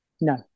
No